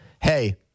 hey